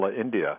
India